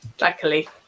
Luckily